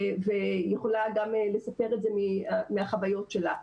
והיא יכולה גם לספר את זה מהחוויות שלה,